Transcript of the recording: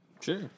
Sure